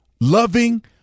loving